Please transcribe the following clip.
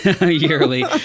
yearly